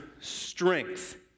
strength